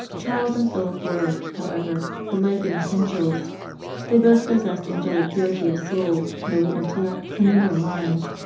charles and philip were, however, alike in essentials they both possessed angelic purity of soul, noble, intellectual, and liberal minds,